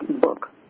book